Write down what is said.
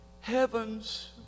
heaven's